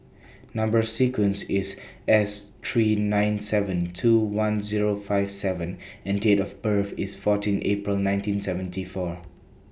Number sequence IS S three nine seven two one Zero five seven and Date of birth IS fourteen April nineteen seventy four